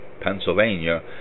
Pennsylvania